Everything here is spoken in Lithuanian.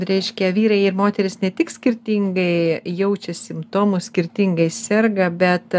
reiškia vyrai ir moterys ne tik skirtingai jaučia simptomus skirtingai serga bet